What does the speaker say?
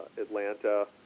Atlanta